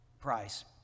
price